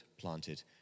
planted